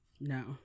No